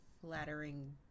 Flattering